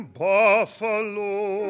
buffalo